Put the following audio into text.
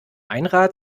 einrad